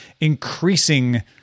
increasing